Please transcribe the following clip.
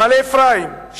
במעלה-אפרים,